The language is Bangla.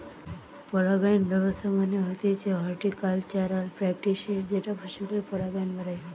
পরাগায়ন ব্যবস্থা মানে হতিছে হর্টিকালচারাল প্র্যাকটিসের যেটা ফসলের পরাগায়ন বাড়ায়